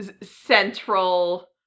central